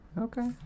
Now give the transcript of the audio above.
okay